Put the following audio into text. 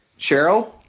Cheryl